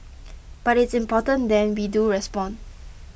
but it's important that we do respond